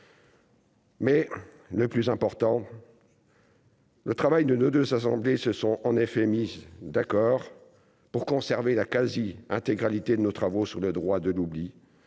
Mais le plus important. Le travail de nos 2 assemblées se sont en effet mis d'accord pour conserver la quasi-intégralité de nos travaux sur le droit de l'oubli